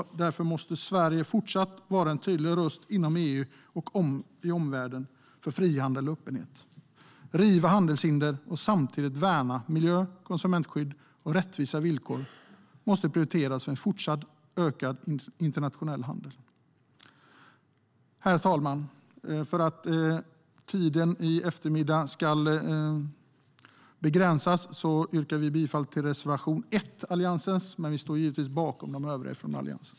Därför måste Sverige fortsatt vara en tydlig röst inom EU och i omvärlden för frihandel och öppenhet. Att riva handelshinder och samtidigt värna miljö, konsumentskydd och rättvisa villkor måste prioriteras för en fortsatt ökad internationell handel. Herr talman! För att tiden i eftermiddag ska begränsas yrkar vi bifall endast till Alliansens reservation 1. Men vi står givetvis bakom även de övriga från Alliansen.